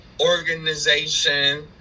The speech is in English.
organization